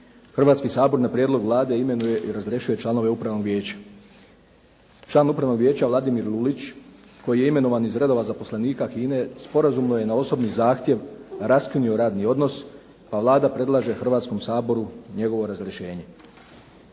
Hrvatski sabor na prijedlog Vlade imenuje i razrješuje članove Upravnog vijeća. Član Upravnog vijeća Vladimir Lulić koji je imenovan iz redova zaposlenika HINA-e sporazumno je na osobni zahtjev raskinuo radni odnos pa Vlada predlaže Hrvatskom saboru njegovo razrješenje.